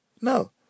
no